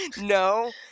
No